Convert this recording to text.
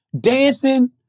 dancing